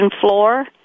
Floor